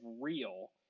real